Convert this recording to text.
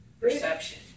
perception